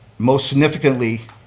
most significantly,